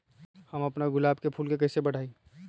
हम अपना गुलाब के फूल के कईसे बढ़ाई?